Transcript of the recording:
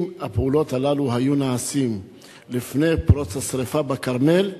אם הפעולות הללו היו נעשות לפני פרוץ השרפה בכרמל,